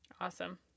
Awesome